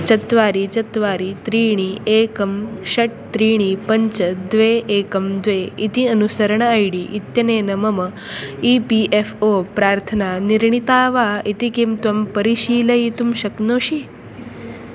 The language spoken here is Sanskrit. चत्वारि चत्वारि त्रीणि एकं षट् त्रीणि पञ्च द्वे एकं द्वे इति अनुसरणम् ऐ डी इत्यनेन मम ई पी एफ़् ओ प्रार्थना निर्णिता वा इति किं त्वं परिशीलयितुं शक्नोषि